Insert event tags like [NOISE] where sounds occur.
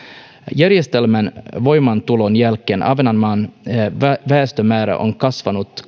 järjestelmän voimaantulon jälkeen ahvenanmaan väestömäärä on kasvanut [UNINTELLIGIBLE]